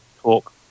talk